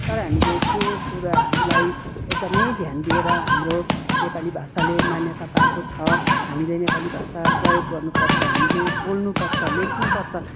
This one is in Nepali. तर हामीले त्यो कुराहरूलाई एकदमै ध्यान दिएर हाम्रो नेपाली भाषाले मान्यता पाको छ हामीले नेपाली भाषा प्रयोग गर्नुपर्छ हामीले बोल्नुपर्छ लेख्नुपर्छ